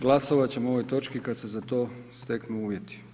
Glasovat ćemo o ovoj točki kad se za to steknu uvjeti.